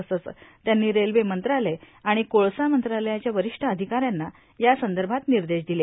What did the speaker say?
तसेच त्यांनी रेल्वे मंत्रालय आण कोळसा मंत्रालयाच्या वारष्ठ अधिका यांना यासंदभात र्मिदश दिले